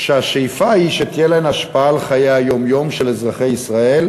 שהשאיפה היא שתהיה להן תהיה השפעה על חיי היום-יום של אזרחי ישראל,